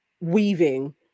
weaving